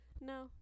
no